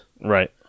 right